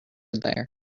there